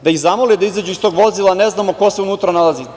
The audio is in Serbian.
Jel da ih zamole da izađu iz tog vozila, a ne znamo ko se unutra nalazi?